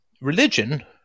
Religion